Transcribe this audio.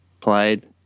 played